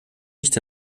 nicht